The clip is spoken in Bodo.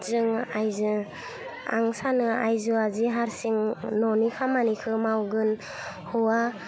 जों आइजो आं सानो आइजोआजे हारसिं न'नि खामानिखौ मावगोन हौवा